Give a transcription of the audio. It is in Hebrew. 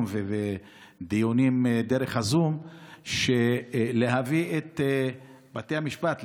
ודיונים דרך הזום, להביא את בתי המשפט,